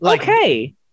okay